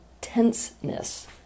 tenseness